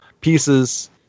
pieces